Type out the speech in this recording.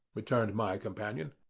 returned my companion.